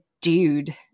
dude